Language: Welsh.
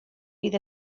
bydd